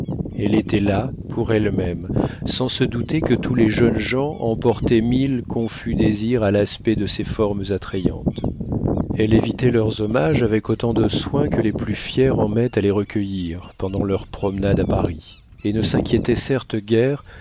elle était là pour elle-même sans se douter que tous les jeunes gens emportaient milles confus désirs à l'aspect de ses formes attrayantes elle évitait leurs hommages avec autant de soin que les plus fières en mettent à les recueillir pendant leurs promenades à paris et ne s'inquiétait certes guère